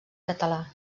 català